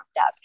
up